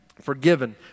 Forgiven